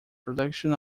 production